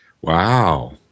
Wow